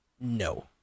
No